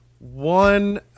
One